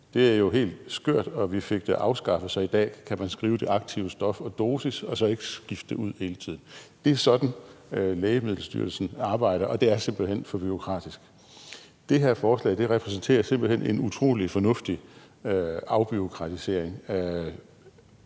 Det er jo helt skørt, og vi fik det afskaffet, så man i dag kan skrive det aktive stof og dosis og så ikke skifte det ud hele tiden. Det er sådan, Lægemiddelstyrelsen arbejder, og det er simpelt hen for bureaukratisk. Det her forslag repræsenterer simpelt hen en utrolig fornuftig afbureaukratisering, for